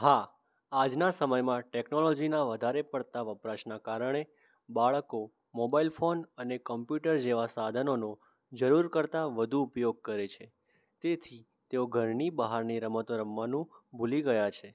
હા આજના સમયમાં ટેક્નોલોજીના વધારે પડતા વપરાશના કારણે બાળકો મોબાઈલ ફોન અને કમ્પ્યુટર જેવા સાધનોનો જરૂર કરતાં વધુ ઉપયોગ કરે છે તેથી તેઓ ઘરની બહારની રમતો રમવાનું ભૂલી ગયા છે